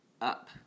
up